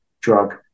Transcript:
drug